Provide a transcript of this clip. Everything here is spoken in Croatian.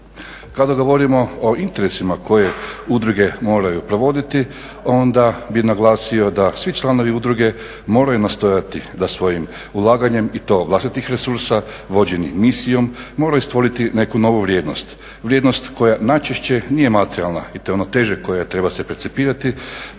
Kada govorimo o interesima koje udruge moraju provoditi onda bih naglasio da svi članovi udruge moraju nastojati da svojim ulaganjem i to vlastitih resursa vođeni misijom moraju stvoriti neku novu vrijednost, vrijednost koja najčešće nije materijalna i to je ono teže koje treba se percipirati, nego